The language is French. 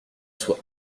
soit